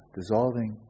dissolving